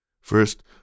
First